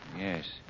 Yes